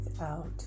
out